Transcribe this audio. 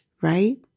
right